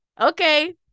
Okay